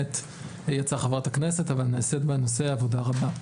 יצאה חברת הכנסת, אבל נעשית בנושא עבודה רבה.